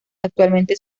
actualmente